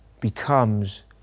becomes